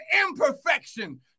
imperfection